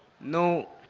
no,